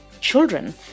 children